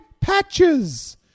patches